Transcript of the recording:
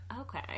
okay